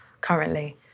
currently